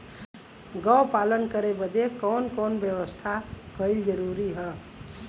गोपालन करे बदे कवन कवन व्यवस्था कइल जरूरी ह?